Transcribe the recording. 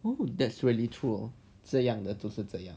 !woo! that is really true 这样的就是这样的